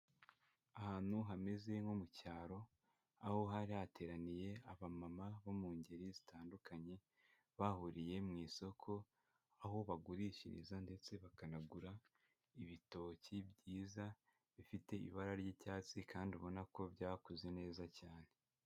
Ahantu hameze nko mu cyaro, aho hari hateraniye abamama bo mu ngeri zitandukanye bahuriye mu isoko, aho bagurishiriza ndetse bakanagura ibitoki byiza bifite ibara ry'icyatsi, kandi ubona ko byakuze neza cyane.